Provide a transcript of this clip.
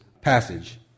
passage